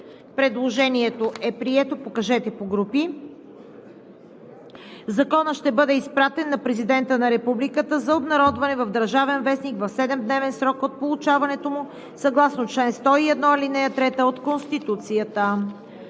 Предложението е прието. Законът ще бъде изпратен на Президента на Републиката за обнародване в „Държавен вестник“ в 7-дневен срок от получаването му съгласно чл. 101, ал. 3 от Конституцията.